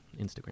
Instagram